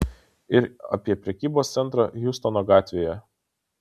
ir apie prekybos centrą hjustono gatvėje